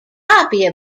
copy